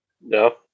No